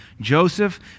Joseph